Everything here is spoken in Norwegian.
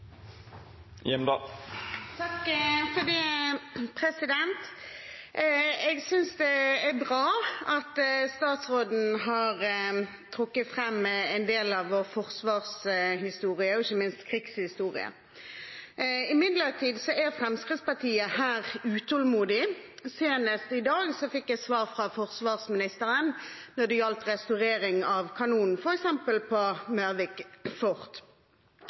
Jeg synes det er bra at statsråden har trukket fram en del av vår forsvarshistorie, ikke minst krigshistorie. Imidlertid er Fremskrittspartiet her utålmodig. Senest i dag fikk jeg svar fra forsvarsministeren når det gjaldt restaurering av f.eks. kanonen på Møvik fort. Det er imidlertid veldig mange andre krigshistoriske minner vi bør ta bedre vare på.